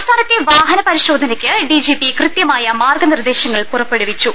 സംസ്ഥാനത്തെ വാഹനപരിശോധനക്ക് ഡിജിപി കൃത്യമായ മാർഗനിർദേശങ്ങൾ പുറപ്പെടുവിച്ചു